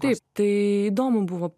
taip tai įdomu buvo